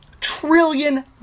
trillion